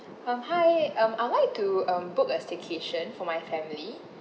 um hi um I would like to um book a staycation for my family